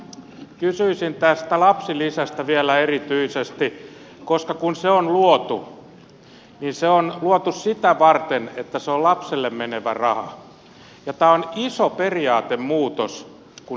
kysyisin tästä lapsilisästä vielä erityisesti koska kun se on luotu niin se on luotu sitä varten että se on lapselle menevä raha ja tämä on iso periaatemuutos kun siinä lähdetään leikkauksiin